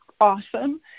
awesome